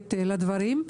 חיובית לדברים.